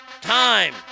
time